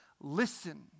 Listen